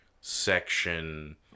section